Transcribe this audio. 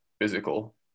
physical